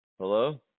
Hello